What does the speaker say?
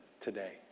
today